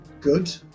good